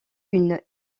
une